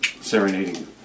serenading